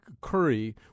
curry